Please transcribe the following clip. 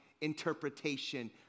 interpretation